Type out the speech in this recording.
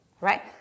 right